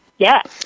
yes